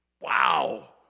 Wow